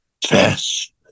test